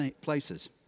places